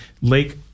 lake